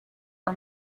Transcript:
for